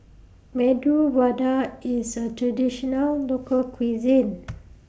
Medu Vada IS A Traditional Local Cuisine